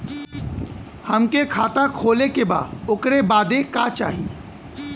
हमके खाता खोले के बा ओकरे बादे का चाही?